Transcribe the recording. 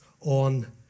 on